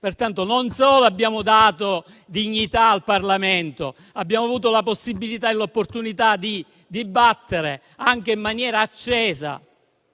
pertanto non solo abbiamo dato dignità al Parlamento, ma abbiamo avuto la possibilità e l'opportunità di dibattere anche in maniera accesa